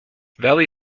valley